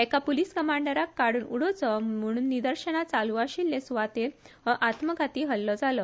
एका पोलीस कमांडराक काड्रन उडोवचो म्हण निदर्शना चालु आशिल्ले सुवातेचेर हो आत्मघाती हल्लो जालो